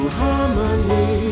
harmony